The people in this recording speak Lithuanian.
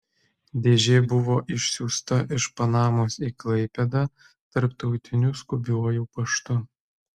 dėžė buvo išsiųsta iš panamos į klaipėdą tarptautiniu skubiuoju paštu